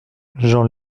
jean